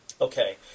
Okay